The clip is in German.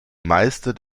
meister